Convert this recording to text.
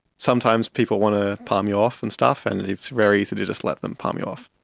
sometimes people want to palm you off and stuff and and it's very easy to just let them palm you off,